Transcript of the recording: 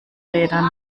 rädern